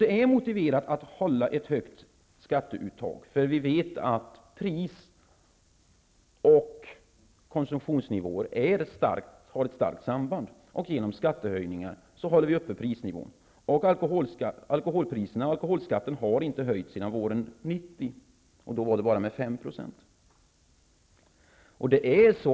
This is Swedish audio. Det är motiverat att hålla ett högt skatteuttag, eftersom vi vet att det finns ett starkt samband mellan pris och konsumtionsnivå. Genom skattehöjningar håller vi uppe prisnivån. Alkoholskatten har inte höjts sedan våren 1990, och då bara med 5 %.